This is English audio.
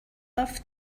love